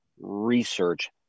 research